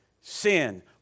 sin